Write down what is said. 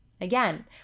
Again